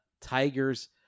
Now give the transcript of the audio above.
tigers